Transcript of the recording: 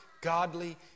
godly